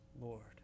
Lord